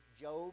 Job